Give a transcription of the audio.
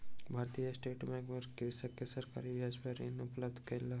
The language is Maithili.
भारतीय स्टेट बैंक मे कृषक के सरकारी ब्याज पर ऋण उपलब्ध कयल गेल